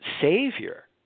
savior